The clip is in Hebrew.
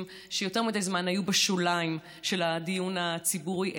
שיותר מדי זמן היו בשוליים של הדיון הציבורי,